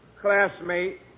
classmate